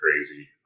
crazy